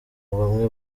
bamwe